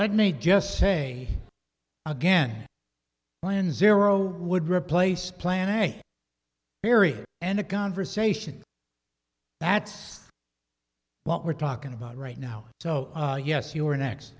let me just say again plan zero would replace plan a barrier and a conversation that's what we're talking about right now so yes you are next